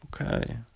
Okay